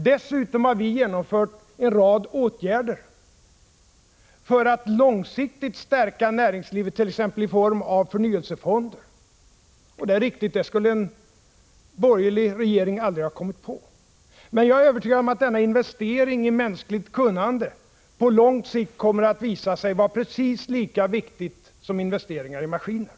Dessutom har vi genomfört en rad åtgärder för att långsiktigt stärka näringslivet, t.ex. genom förnyelsefonder — det är riktigt att en borgerlig regering aldrig skulle ha kommit på det. Jag är övertygad om att denna investering i mänskligt kunnande på lång sikt kommer att visa sig vara precis lika viktig som investeringar i maskiner.